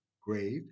grave